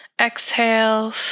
Exhale